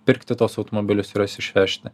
pirkti tuos automobilius ir juos išvežti